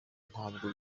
ntabwo